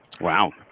Wow